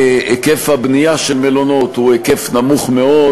היקף הבנייה של מלונות הוא נמוך מאוד.